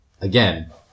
again